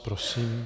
Prosím.